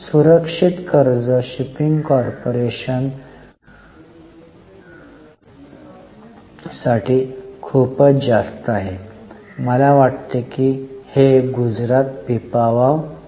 सुरक्षित कर्जे shipping corporation साठी खूप जास्त आहेत कारण मला वाटते की हे गुजरात पीपावाव आहे